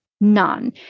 None